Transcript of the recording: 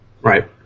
Right